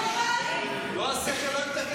מה עושים שם לנשים?